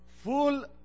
Full